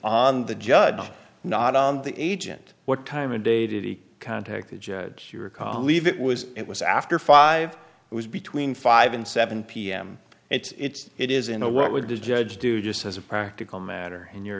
on the judge not on the agent what time of day did he contact the judge you recall leave it was it was after five it was between five and seven pm it's it is in a what would the judge do just as a practical matter in your